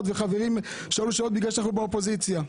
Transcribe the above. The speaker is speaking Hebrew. וחברים שאלו שאלות בגלל שאנחנו באופוזיציה.